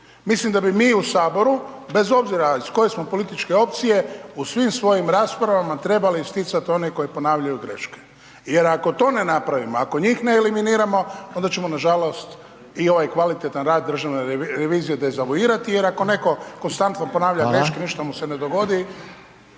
Mislim da bi mi u HS bez obzira iz koje smo političke opcije, u svim svojim raspravama trebali isticat one koji ponavljaju greške jer ako to ne napravimo, ako njih ne eliminiramo, onda ćemo nažalost i ovaj kvalitetan rad Državne revizije dezavuirati jer ako netko konstantno ponavlja greške…/Upadica: Hvala/…i ništa mu se ne dogodi.